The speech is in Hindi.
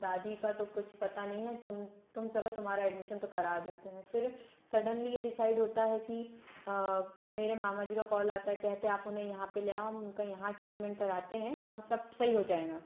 दादी का तो कुछ पता नहीं है तुम तुम चलो तुम्हारा एडमिशन तो करा देते हैं फिर सडेनली ये डिसाइड होता है कि मेरे मामा जी का कॉल आता है कहते आप उन्हें यहाँ पर ले आओ हम उनका यहाँ ट्रीटमेंट कराते हैं और सब सही हो जाएगा